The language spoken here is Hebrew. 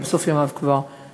אבל בסוף ימיו כבר לא,